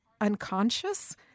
unconscious